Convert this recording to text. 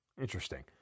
Interesting